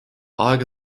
aega